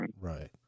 right